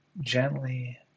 gently